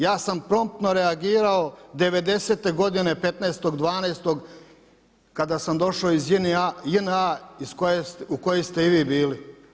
Ja sam promptno reagirao devedesete godine 15.12. kada sam došao iz JNA u kojoj ste i vi bili.